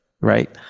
right